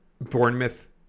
Bournemouth